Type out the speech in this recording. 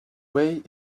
way